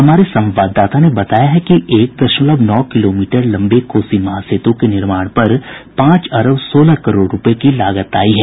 हमारे संवाददाता ने बताया है कि एक दशमलव नौ किलोमीटर लंबे कोसी महासेतु के निर्माण पर पांच अरब सोलह करोड़ रुपये की लागत आई है